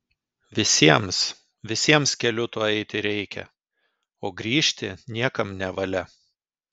visiems visiems keliu tuo eiti reikia o grįžti niekam nevalia